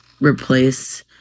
replace